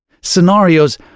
Scenarios